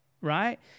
Right